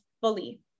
fully